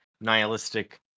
nihilistic